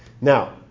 now